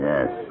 Yes